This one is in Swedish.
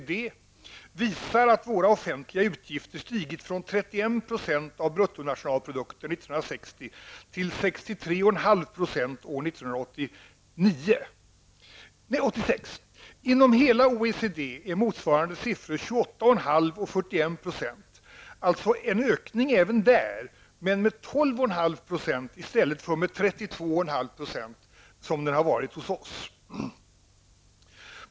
Den visar att våra offentliga utgifter stigit från 31 % av bruttonationalprodukten år 1960 till 63,5 % år 1986. Inom hela OECD är motsvarande siffror 28,5 % och 41 %, alltså en ökning även där, men med 12,5 % i stället för 32,5 % som hos oss.